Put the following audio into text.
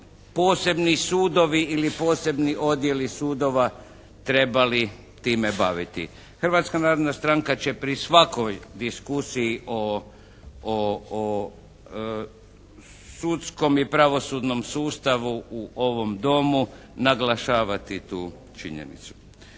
posebni sudovi ili posebni odjeli sudova trebali time baviti. Hrvatska narodna stranka će pri svakoj diskusiji o sudskom i pravosudnom sustavu u ovom Domu naglašavati tu činjenicu.